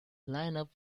lineup